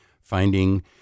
finding